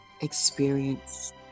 experience